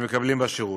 שמקבלים בה שירות.